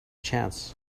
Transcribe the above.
chance